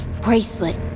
Bracelet